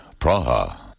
Praha